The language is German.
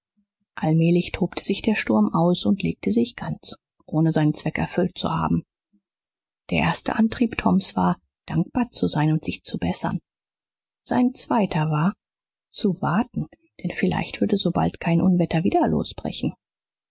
allmählich tobte sich der sturm aus und legte sich ganz ohne seinen zweck erfüllt zu haben der erste antrieb toms war dankbar zu sein und sich zu bessern sein zweiter war zu warten denn vielleicht würde sobald kein unwetter wieder losbrechen